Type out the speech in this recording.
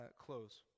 close